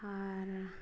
ᱟᱨ